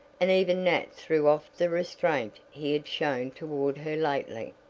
and even nat threw off the restraint he had shown toward her lately.